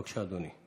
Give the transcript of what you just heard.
בבקשה, אדוני.